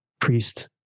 priest